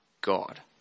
God